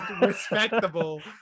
respectable